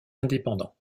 indépendant